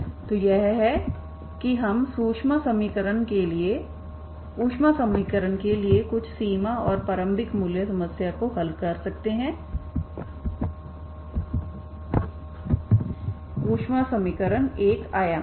तो यह है कि हम ऊष्मा समीकरण के लिए कुछ सीमा और प्रारंभिक मूल्य समस्या को हल कर सकते हैं ऊष्मा समीकरण 1 आयामी है